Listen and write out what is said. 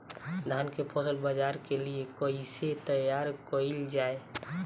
धान के फसल बाजार के लिए कईसे तैयार कइल जाए?